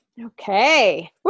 Okay